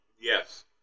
Yes